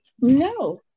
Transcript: No